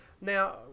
Now